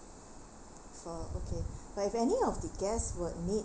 for okay but if any of the guests would need